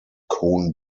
cohn